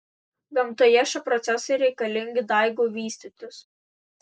gamtoje šie procesai reikalingi daigui vystytis